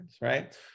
right